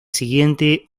siguiente